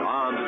on